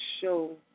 show